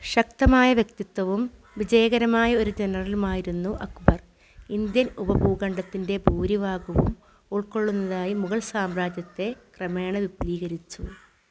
ശക്തമായ വ്യക്തിത്വവും വിജയകരമായ ഒരു ജനറലുമായിരുന്നു അക്ബർ ഇൻന്ത്യൻ ഉപഭൂഖണ്ഡത്തിന്റെ ഭൂരിഭാഗവും ഉൾക്കൊള്ളുന്നതായി മുഗൾ സാമ്രാജ്യത്തെ ക്രമേണ വിപുലീകരിച്ചു